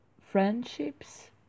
friendships